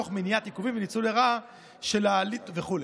תוך מניעת עיכובים וניצול לרעה של ההליך וכו'.